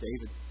David